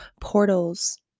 portals